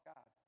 God